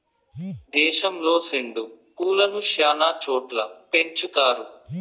దేశంలో సెండు పూలను శ్యానా చోట్ల పెంచుతారు